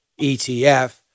ETF